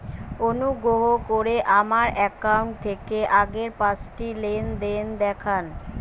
অনুগ্রহ করে আমার অ্যাকাউন্ট থেকে আগের পাঁচটি লেনদেন দেখান